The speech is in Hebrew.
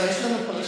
לא, יש לנו פרשן.